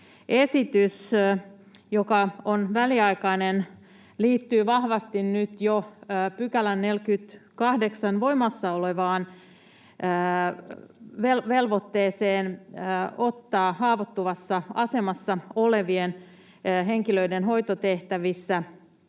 joka on väliaikainen, liittyy vahvasti nyt jo 48 §:n voimassa olevaan velvoitteeseen haavoittuvassa asemassa olevien henkilöiden hoitotehtävissä